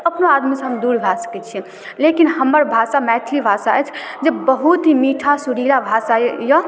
अपनो आदमीसँ हम दूर भऽ सकै छिए लेकिन हमर भाषा मैथिली भाषा अछि जे बहुत ही मीठा सुरीला भाषा अइ